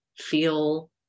Feel